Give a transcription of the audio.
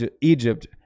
Egypt